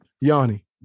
Yanni